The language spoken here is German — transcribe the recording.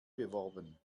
beworben